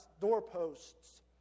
doorposts